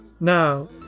Now